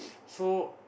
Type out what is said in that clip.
so